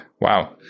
Wow